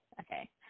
Okay